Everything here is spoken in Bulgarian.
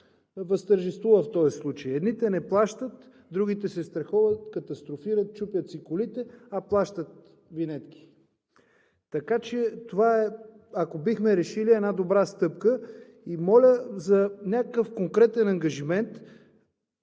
възтържествува в този случай – едните не плащат, другите се страхуват, катастрофират, чупят си колите, а плащат винетки. Това е, ако бихме решили една добра стъпка и моля за някакъв конкретен ангажимент